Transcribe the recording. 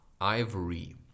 ivory